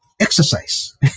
exercise